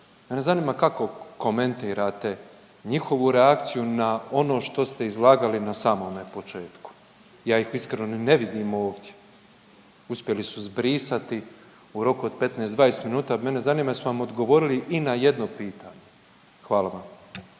mene zanima kako komentirate njihovu reakciju na ono što ste izlagali na samome početku. Ja ih iskreno ni ne vidim ovdje, uspjeli su zbrisati u roku od 15-20 minuta, mene zanima jesu li vam odgovorili i na jedno pitanje? Hvala vam.